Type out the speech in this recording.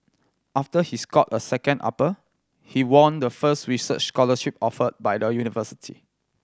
after he scored a second upper he won the first research scholarship offered by the university